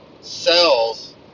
cells